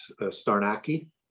Starnaki